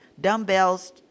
dumbbells